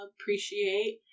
appreciate